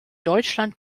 deutschland